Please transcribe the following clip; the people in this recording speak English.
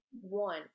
one